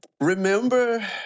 remember